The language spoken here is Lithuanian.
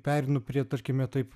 pereinu prie tarkime taip